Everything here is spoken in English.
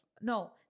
no